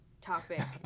topic